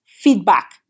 feedback